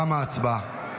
תמה ההצבעה.